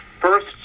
first